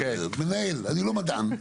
מנהל אני לא מדען,